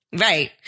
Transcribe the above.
Right